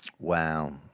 Wow